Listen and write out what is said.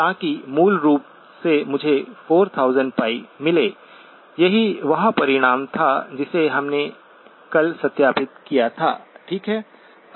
ताकि मूल रूप से मुझे 4000π मिले यही वह परिणाम था जिसे हमने कल सत्यापित किया था ठीक है